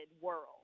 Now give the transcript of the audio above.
world